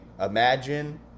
imagine